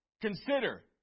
consider